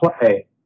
play